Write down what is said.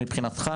מבחינתך,